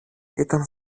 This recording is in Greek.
ήταν